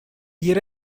hjir